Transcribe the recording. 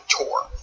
Tour